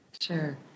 Sure